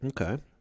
Okay